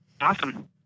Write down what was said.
Awesome